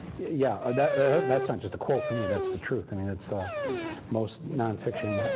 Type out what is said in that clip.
yeah. and that's not just a quote from me. that's the truth. i mean, that's ah most nonfiction